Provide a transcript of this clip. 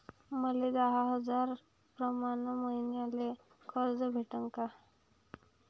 मले दहा हजार प्रमाण मईन्याले कर्ज भेटन का?